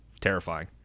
terrifying